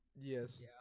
Yes